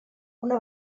una